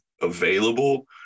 available